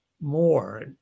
more